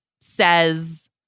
says